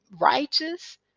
righteous